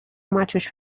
maciuś